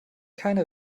keine